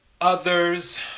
Others